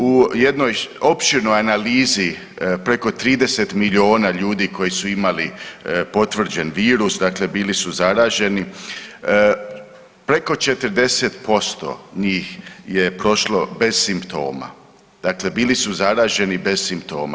U jednoj opširnoj analizi preko 30 milijuna ljudi koji su imali potvrđen virus, dakle bili su zaraženi preko 40% njih je prošlo bez simptoma, dakle bili su zaraženi bez simptoma.